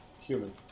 human